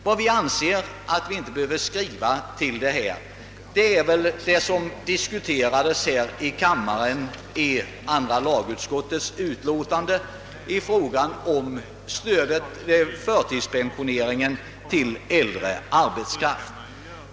Vi anser att vi inte behöver tillägga vad som diskuterades här i kammaren beträffande andra lagutskottets utlåtande i frågan om stödet till förtidspensionering för äldre arbetskraft.